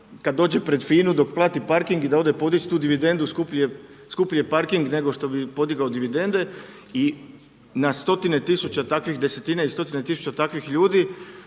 kad dođe pred FINA-u dok plati parking i da ode podić tu dividendu, skuplji je parking nego što bi podigao dividende i na stotine tisuća takvih, desetine i stotine tisuća takvih ljudi